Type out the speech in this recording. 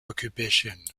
occupation